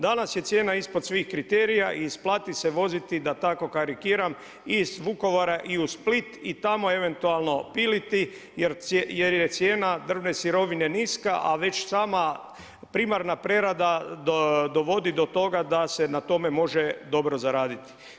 Danas je cijena ispod svih kriterija i isplati se voziti da tako karikiram iz Vukovara i u Split i tamo eventualno piliti, jer je cijena drvne sirovine niska, a već sama primarna prerada dovodi do toga da se na tome može dobro zaraditi.